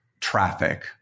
traffic